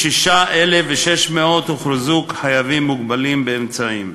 שמהם כ-76,600 הוכרזו חייבים מוגבלים באמצעים.